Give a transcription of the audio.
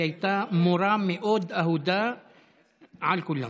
היא הייתה מורה מאוד אהודה על כולם.